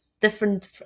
different